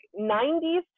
90s